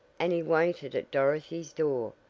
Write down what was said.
and he waited at dorothy's door,